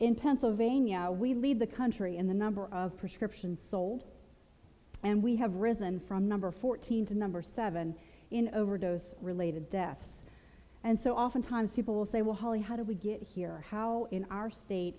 in pennsylvania we lead the country in the number of prescriptions sold and we have risen from number fourteen to number seven in overdose related deaths and so oftentimes people say well holly how did we get here how in our state